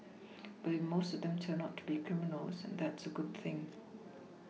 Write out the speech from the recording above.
but if most of them turn out to be criminals that's a good thing